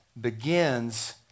begins